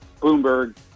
Bloomberg